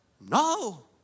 no